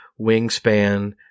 Wingspan